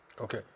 Okay